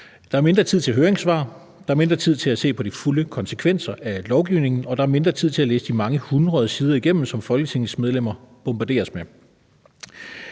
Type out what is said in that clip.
Der er mindre tid til høringssvar, der er mindre tid til at se på de fulde konsekvenser af lovgivningen, og der er mindre tid til at læse de mange hundrede sider igennem, som folketingsmedlemmer bombarderes med.